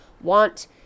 want